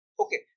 Okay